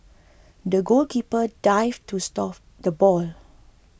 the goalkeeper dived to stop the ball